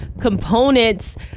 components